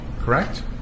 correct